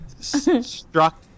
struck